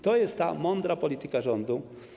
To jest mądra polityka rządu.